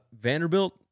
Vanderbilt